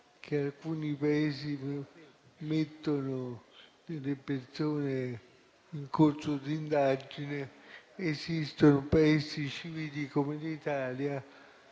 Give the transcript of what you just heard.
che alcuni Paesi mettono alle persone in corso di indagine ed esistono Paesi civili come l'Italia,